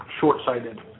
short-sighted